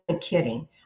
kidding